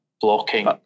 blocking